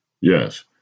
Yes